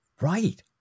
Right